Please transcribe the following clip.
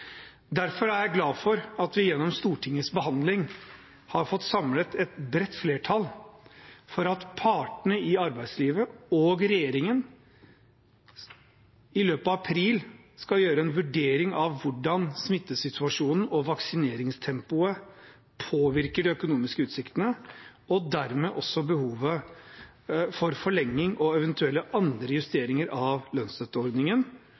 Derfor er jeg glad for at vi gjennom Stortingets behandling har fått samlet et bredt flertall for at partene i arbeidslivet og regjeringen i løpet av april skal gjøre en vurdering av hvordan smittesituasjonen og vaksineringstempoet påvirker de økonomiske utsiktene, og dermed også behovet for forlenging og eventuelt andre justeringer av lønnsstøtteordningen,